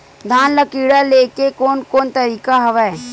धान ल कीड़ा ले के कोन कोन तरीका हवय?